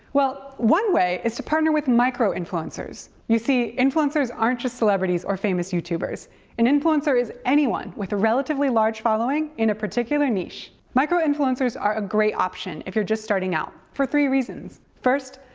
well, one way is to partner with micro-influencers. you see, influencers aren't just celebrities or famous youtubers an influencer is anyone with a relatively large following in a particular niche. micro-influencers are a great option if you're just starting out for three reasons. first,